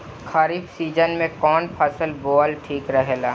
खरीफ़ season में कौन फसल बोअल ठिक रहेला ह?